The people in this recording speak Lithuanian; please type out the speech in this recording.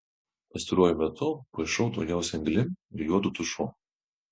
pastaruoju metu paišau daugiausia anglim ir juodu tušu